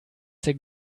der